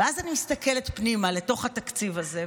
ואז אני מסתכלת פנימה לתוך התקציב הזה,